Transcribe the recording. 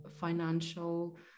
financial